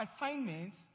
assignments